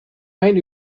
mijn